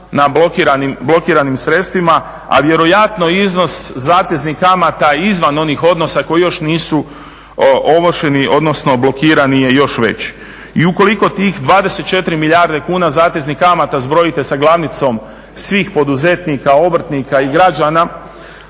na blokiranim sredstvima, a vjerojatno iznos zateznih kamata izvan onih odnosa koji još nisu ovršeni, odnosno blokirani je još veći. I ukoliko tih 24 milijarde kuna zateznih kamata zbrojite sa glavnicom svih poduzetnika, obrtnika i građana